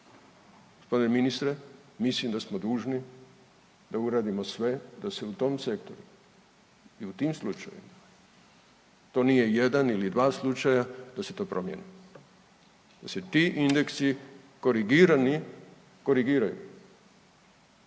G. ministre, mislim da smo dužni da uradimo sve da u tom segmentu i u tim slučajevima, to nije jedan ili dva slučaja, da se to promijeni. Da se ti indeksi korigirani, korigiraju.